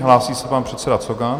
Hlásí se pan předseda Cogan.